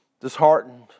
disheartened